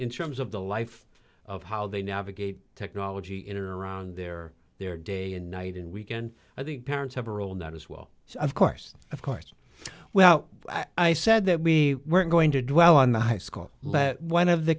in terms of the life of how they navigate technology in or around their their day and night and weekend i think parents have a role not as well so of course of course well i said that we weren't going to dwell on the high school let one of the